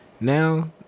Now